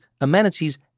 amenities